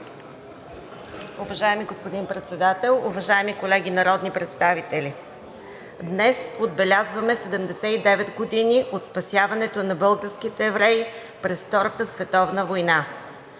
Уважаеми господин Председател, уважаеми колеги народни представители! Днес отбелязваме 79 години от спасяването на българските евреи през Втората световна война.